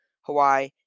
Hawaii